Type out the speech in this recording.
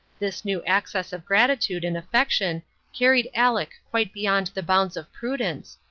this new access of gratitude and affection carried aleck quite beyond the bounds of prudence,